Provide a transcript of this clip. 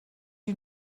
you